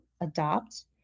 adopt